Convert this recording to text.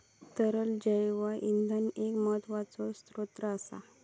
तरल जैव इंधन एक महत्त्वाचो स्त्रोत असा